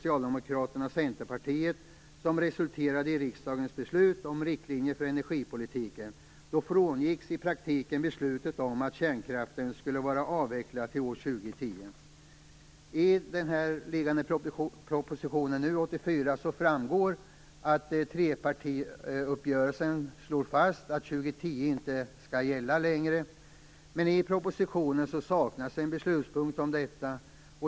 I och med Av den föreliggande propositionen nr 84 framgår att trepartiuppgörelsen slår fast att år 2010 inte skall gälla längre. Men i propositionen saknas en beslutspunkt om detta.